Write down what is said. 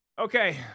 okay